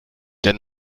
der